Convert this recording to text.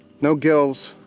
no gills,